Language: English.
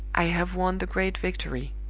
i have won the great victory